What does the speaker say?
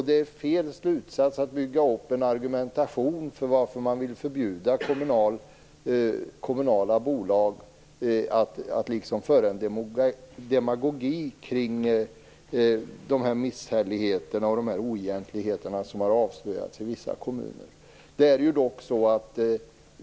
Det är fel slutsats att man kan bygga upp en argumentation om varför man vill förbjuda kommunala bolag, genom en demagogi kring de misshälligheter och oegentligheter som har avslöjats i vissa kommuner.